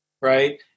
right